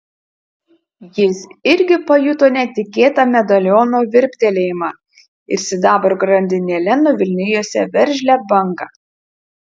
jis irgi pajuto netikėtą medaliono virptelėjimą ir sidabro grandinėle nuvilnijusią veržlią bangą